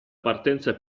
partenza